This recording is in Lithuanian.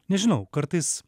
nežinau kartais